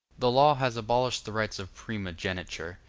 the law has abolished the rights of primogeniture,